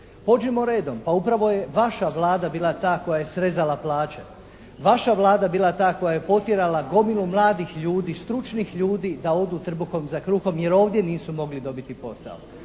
Pođimo redom. Pa upravo je vaša Vlada bila ta koja je srezala plaće. Vaša Vlada je bila ta koja je potjerala gomilu mladih ljudi, stručnih ljudi da odu trbuhom za kruhom jer ovdje nisu mogli dobiti posao.